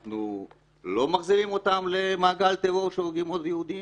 אנחנו לא מחזירים אותם למעגל טרור שהורגים עוד יהודים?